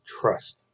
trust